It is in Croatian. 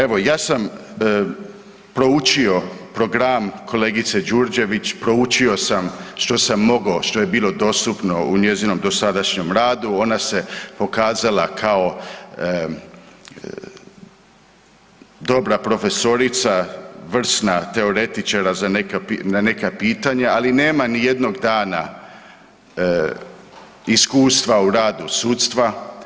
Evo ja sam proučio program kolegice Đurđević, proučio sam što sam mogao, što je bilo dostupno u njezinom dosadašnjem radu, ona se pokazala kao dobra profesorica, vrsna teoretičarka za neka pitanja, ali nema nijednog dana iskustva u radu sudstva.